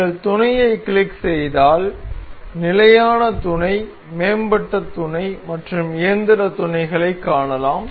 நீங்கள் துணையை கிளிக் செய்தால் நிலையான துணை மேம்பட்ட துணை மற்றும் இயந்திரத் துணைகளைக் காணலாம்